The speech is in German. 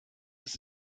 ist